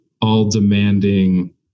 all-demanding